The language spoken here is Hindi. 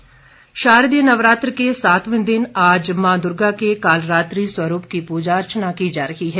नवरात्र् शारदीय नवरात्र के सातवें दिन आज मां दुर्गा के कालरात्रि स्वरूप की पूजा अर्चना की जा रही है